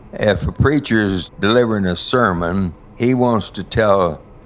if a preacher's delivering a sermon, he wants to tell